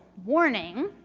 warning,